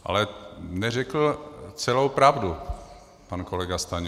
Ale neřekl celou pravdu pan kolega Stanjura.